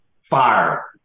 fire